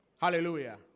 Hallelujah